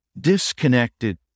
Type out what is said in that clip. disconnected